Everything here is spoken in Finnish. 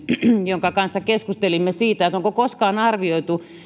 jonka kanssa keskustelimme siitä onko koskaan arvioitu